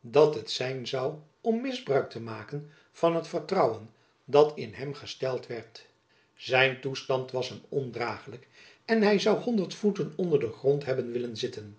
dat het zijn zoû om misbruik te maken van het vertrouwen dat in hem gesteld werd zijn toestand was hem ondragelijk en hy zoû honderd voeten onder den grond hebben willen zitten